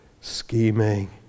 scheming